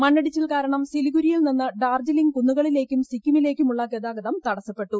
മണ്ണിടിച്ചിൽകാരണം സിലിഗുരിയിൽ നിന്ന് ഡാർജിലിംഗ് കുന്നുകളിലേക്കും സിക്കിമിലേക്കുമുള്ള ഗതാഗതം തടസ്സപ്പെട്ടു